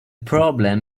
problem